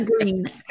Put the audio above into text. green